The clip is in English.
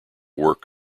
work